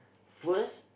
first